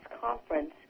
conference